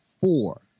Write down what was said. four